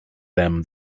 them